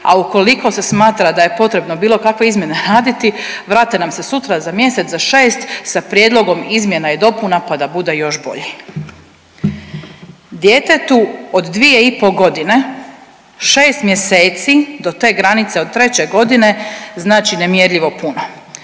a ukoliko se smatra da je potrebno bilo kakve izmjene raditi, vrate nam se sutra za mjesec za šest sa prijedlogom izmjena i dopuna pa da bude još bolji. Djetetu od dvije i po godine šest mjeseci do te granice od treće godine znači nemjerljivo puno.